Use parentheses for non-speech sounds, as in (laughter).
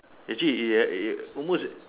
actually (noise) almost